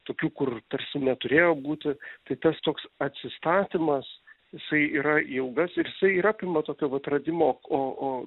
tokių kur tarsi neturėjo būti tai tas toks atsistatymas jisai yra ilgas ir jisai yra pilna to radimo o o